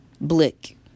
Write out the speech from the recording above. Blick